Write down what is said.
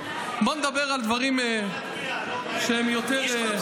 בואו נדבר על דברים שהם יותר --- בוא נצביע,